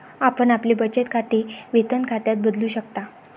आपण आपले बचत खाते वेतन खात्यात बदलू शकता